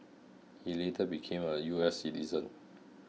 he later became a U S citizen